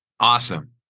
Awesome